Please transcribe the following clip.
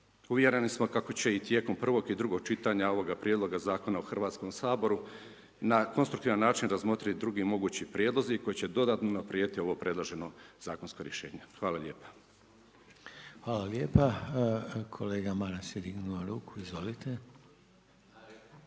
uvjereni smo kako će i tijekom prvog i drugog čitanja ovoga prijedloga zakona u Hrvatskom saboru na konstruktivan način razmotrit drugi mogući prijedlozi koji će dodatno unaprijediti ovo predloženo zakonsko rješenje. Hvala lijepa. **Reiner, Željko (HDZ)** Hvala lijepa. Kolega Maras je dignuo ruku, izvolite.